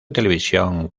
televisión